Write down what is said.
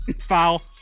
Foul